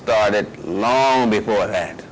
started long before that